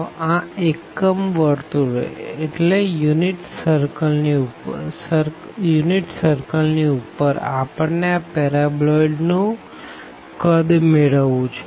તો આ એકમ સર્કલ ની ઉપર આપણને આ પેરાબ્લોઈડ નું કદ મેળવવું છે